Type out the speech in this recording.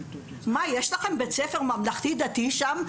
מה, יש לכם בית ספר ממלכתי דתי שם?